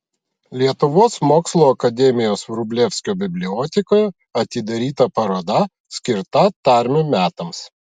lietuvos mokslų akademijos vrublevskio bibliotekoje atidaryta paroda skirta tarmių metams